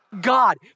God